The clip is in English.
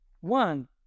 one